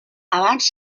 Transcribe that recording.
abans